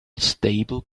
stable